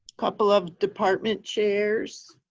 couple of department chairs.